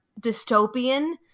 dystopian